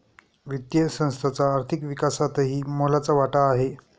वित्तीय संस्थांचा आर्थिक विकासातही मोलाचा वाटा आहे